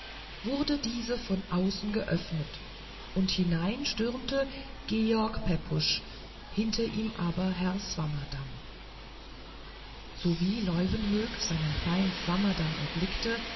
wurde diese von außen geöffnet und hinein stürmte george pepusch hinter ihm aber herr swammerdamm sowie leuwenhoek seinen feind swammerdamm erblickte